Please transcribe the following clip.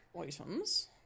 items